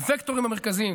הווקטורים המרכזיים,